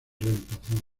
reemplazados